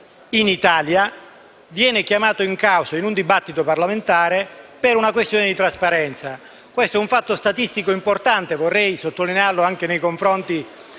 si voglia, viene chiamato in causa in un dibattito parlamentare per una questione di trasparenza. Questo è un fatto statistico importante - e lo vorrei sottolineare anche nei confronti